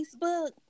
Facebook